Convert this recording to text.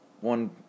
One